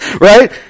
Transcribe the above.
right